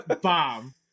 bomb